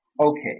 Okay